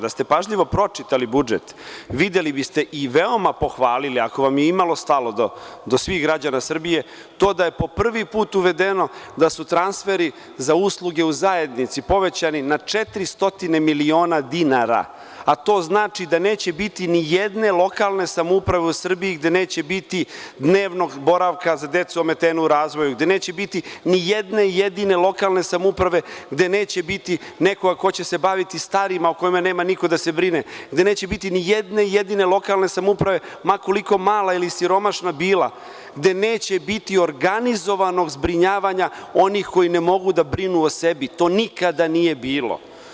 Da ste pažljivo pročitali budžet, videli biste i veoma pohvalili, ako vam je imalo stalo do građana Srbije, to da je po prvi put uvedeno da su transferi za usluge u zajednici povećani na 400 miliona dinara, a to znači da neće biti nijedne lokalne samouprave, gde neće biti dnevnog boravka za decu ometenu u razvoju, gde neće biti nijedne jedine lokalne samouprave, gde neće biti nekoga ko će se baviti starima o kojima nema niko da se brine, gde nema nijedne lokalne samouprave ma koliko mala ili siromašna bila, gde neće biti organizovanog zbrinjavanja onih koji ne mogu da brinu o sebi i to nikada nije bilo.